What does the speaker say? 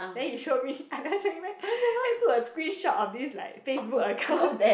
then he showed me I never show you meh then I took a screenshot of this like FaceBook account